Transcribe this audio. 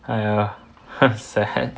!haiya! sad